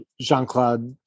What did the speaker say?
Jean-Claude